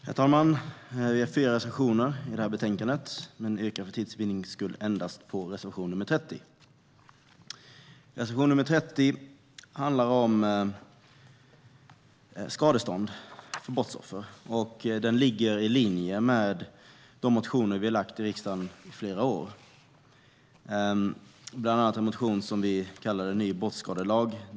Herr talman! Vi har fyra reservationer i betänkandet, men jag yrkar för tids vinnande bifall endast till reservation nr 30. Reservation nr 30 handlar om skadestånd för brottsoffer. Den ligger i linje med de motioner vi lagt fram i riksdagen under flera år. Det är bland annat en motion som vi kallade Ny brottskadelag .